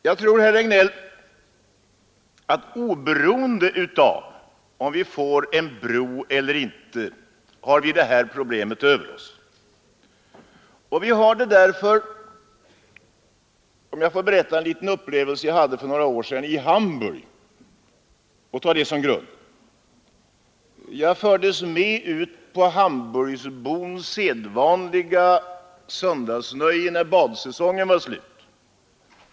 Jag tror, herr Regnéll, att oberoende av om vi får en bro eller inte har vi det här problemet över oss. Låt mig berätta om en liten upplevelse som jag hade för några år sedan i Hamburg. Jag fördes med ut på hamburgbons sedvanliga söndagsnöje när badsäsongen var slut.